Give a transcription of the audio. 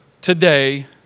today